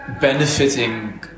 benefiting